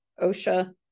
OSHA